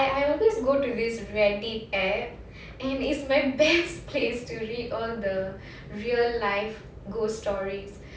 I always go to this Reddit app and it's my best place to read all the real life ghost stories so basically I've